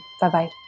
Bye-bye